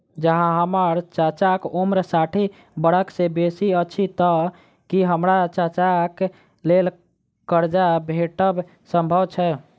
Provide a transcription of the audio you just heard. जँ हम्मर चाचाक उम्र साठि बरख सँ बेसी अछि तऽ की हम्मर चाचाक लेल करजा भेटब संभव छै?